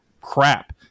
crap